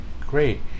great